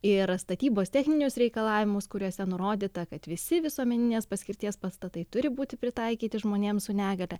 ir statybos techninius reikalavimus kuriuose nurodyta kad visi visuomeninės paskirties pastatai turi būti pritaikyti žmonėms su negalia